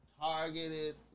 Targeted